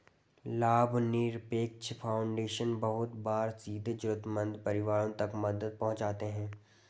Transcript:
लाभनिरपेक्ष फाउन्डेशन बहुत बार सीधे जरूरतमन्द परिवारों तक मदद पहुंचाते हैं